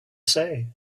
say